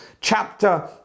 chapter